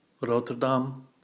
Rotterdam